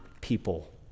people